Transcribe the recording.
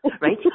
right